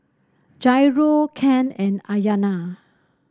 Jairo Cain and Ayana